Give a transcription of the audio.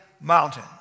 mountain